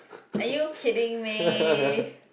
are you kidding me